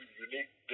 unique